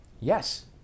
Yes